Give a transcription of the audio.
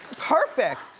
perfect,